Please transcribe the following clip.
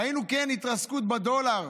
כן ראינו התרסקות של הדולר,